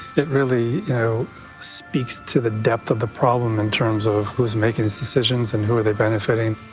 it really you know speaks to the depth of the problem in terms of who's making these decisions and who are they benefitting?